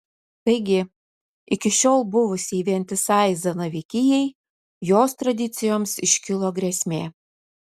taigi iki šiol buvusiai vientisai zanavykijai jos tradicijoms iškilo grėsmė